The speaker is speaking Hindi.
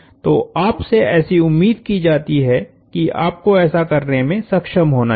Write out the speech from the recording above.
तो आपसे ऐसी उम्मीद की जाती है कि आपको ऐसा करने में सक्षम होना चाहिए